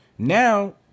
now